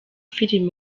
film